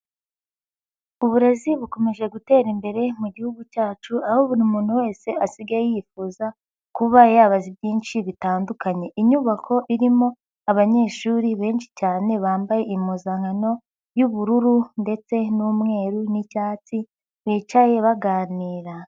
Uburezi bukomeje gutera imbere mu Gihugu cyacu, aho buri muntu wese asigaye yifuza kuba yabaza ibyinshi bitandukanye, inyubako irimo abanyeshuri benshi cyane, bambaye impuzankano y'ubururu ndetse n'umweru n'icyatsi bicaye baganira.